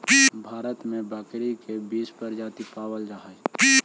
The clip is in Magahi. भारत में बकरी के बीस प्रजाति पावल जा हइ